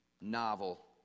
novel